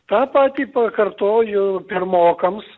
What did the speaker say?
tą patį pakartoju pirmokams